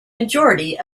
majority